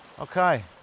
Okay